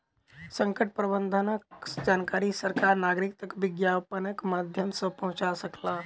संकट प्रबंधनक जानकारी सरकार नागरिक तक विज्ञापनक माध्यम सॅ पहुंचा सकल